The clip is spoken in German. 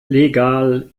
legal